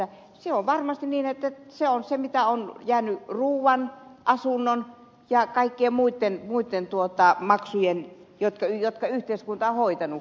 se on varmasti niin että se on se summa mitä on jäänyt ruuan asunnon ja kaikkien muitten maksujen jälkeen jotka yhteiskunta on hoitanut